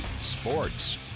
Sports